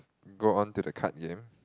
go on to the card game